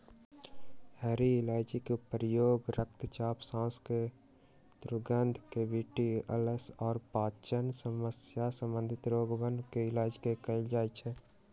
हरी इलायची के उपयोग रक्तचाप, सांस के दुर्गंध, कैविटी, अल्सर और पाचन समस्या संबंधी रोगवन के इलाज ला कइल जा हई